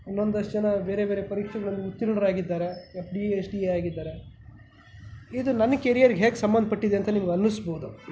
ಇನ್ನೊಂದಷ್ಟು ಜನ ಬೇರೆ ಬೇರೆ ಪರೀಕ್ಷೆಗಳಲ್ಲಿ ಉತ್ತೀರ್ಣರಾಗಿದ್ದಾರೆ F D A S D A ಆಗಿದ್ದಾರೆ ಇದು ನನ್ನ ಕೆರಿಯರ್ಗೆ ಹೇಗೆ ಸಂಬಂಧ ಪಟ್ಟಿದೆ ಅಂತ ನಿಮಗನ್ನಿಸ್ಬೋದು